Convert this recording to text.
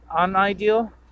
unideal